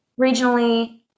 Regionally